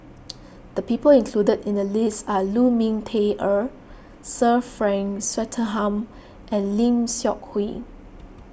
the people include in the list are Lu Ming Teh Earl Sir Frank Swettenham and Lim Seok Hui